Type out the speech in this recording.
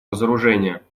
разоружения